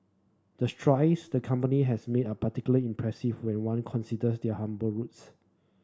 the strides the company has made are particularly impressive when one considers their humble roots